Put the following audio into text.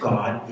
God